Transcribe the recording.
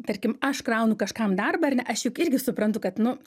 tarkim aš kraunu kažkam darbą ar ne aš juk irgi suprantu kad nu